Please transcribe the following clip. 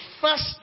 first